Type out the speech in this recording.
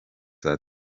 saa